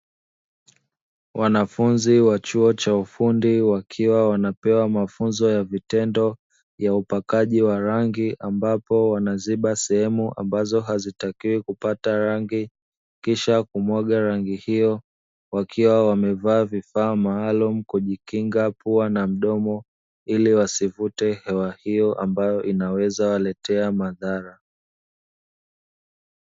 Wanafunzi wa chuo cha ufundi wakiwa wanapewa mafunzo ya vitendo ya upakuaji wa rangi ambapo wanaziba sehemu ambazo hazitakiwi kupata rangi kisha kumwaga rangi hiyo, wakiwa amevaa vifaa maalumu kujikinga pua na mdomo; ili wasivute hewa hiyo ambayo inaweza waletea madhara.